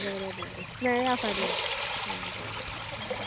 बरें बरें मेळया फाल्यां आं बरें